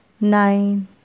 Nine